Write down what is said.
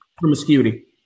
promiscuity